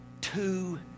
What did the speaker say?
two